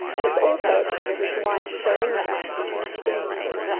and it's also a picture of his wife, daringa, which means stingray.